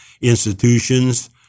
institutions